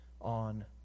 on